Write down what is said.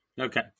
okay